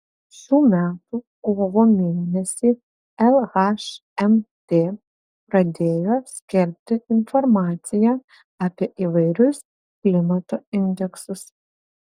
šių metų kovo mėnesį lhmt pradėjo skelbti informaciją apie įvairius klimato indeksus